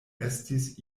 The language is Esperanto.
estis